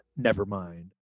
nevermind